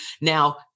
Now